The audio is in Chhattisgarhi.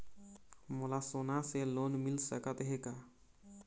मोला सोना से लोन मिल सकत हे का?